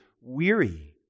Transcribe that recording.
weary